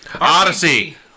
Odyssey